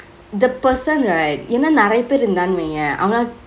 the person right ஏன நெரைய பேரா இருந்தா வையெ அவனால:yenaa neraiye peraa irunthaa vaiyee avanaale